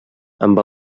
amb